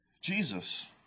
Jesus